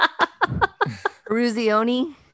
Ruzioni